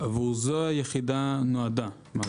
עבור זה היחידה נועדה.